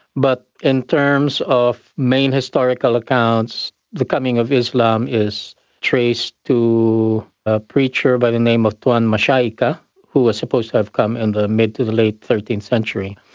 but in terms of main historical accounts, the coming of islam is traced to a preacher by the name of tuan masha'ikha who was supposed to have come in the mid to late thirteenth century.